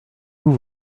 vous